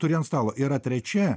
turi ant stalo yra trečia